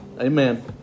Amen